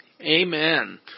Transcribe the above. Amen